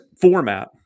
format